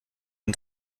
den